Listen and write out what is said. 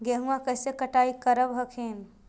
गेहुमा कैसे कटाई करब हखिन?